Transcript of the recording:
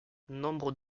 nombre